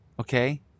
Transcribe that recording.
Okay